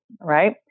right